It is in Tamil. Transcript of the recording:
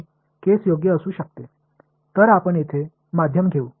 இங்கே ஒரு ஊடகத்தை எடுத்துக் கொள்வோம்